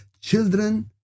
children